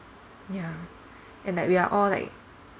ya and like we are all like